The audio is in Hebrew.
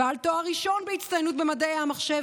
בעל תואר ראשון בהצטיינות במדעי המחשב